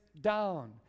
down